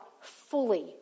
fully